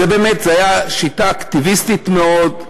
זו הייתה שיטה אקטיביסטית מאוד,